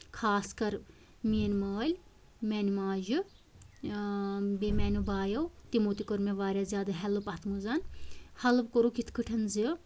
خاص کر میٲنۍ مٲلۍ میانہِ ماجہِ إں بیٚیہِ میٲنیو بایو تِمو تہِ کٔر مےٚ واریاہ زیادٕ ہٮ۪لٔپ اَتھ منٛز ہَل کوٚرکھ یِتھۍ کٔنٮ۪تھ زِ